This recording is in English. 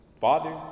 Father